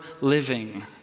living